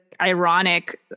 ironic